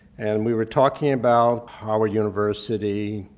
and we were talking about howard university,